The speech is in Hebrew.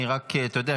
אתה יודע,